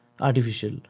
artificial